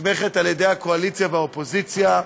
נתמכת על-ידי הקואליציה והאופוזיציה.